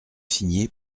signer